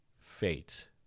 fate